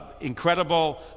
incredible